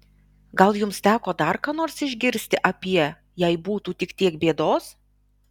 gal jums teko dar ką nors išgirsti apie jei būtų tik tiek bėdos